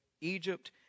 Egypt